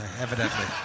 Evidently